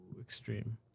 extreme